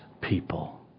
people